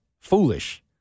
foolish